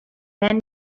men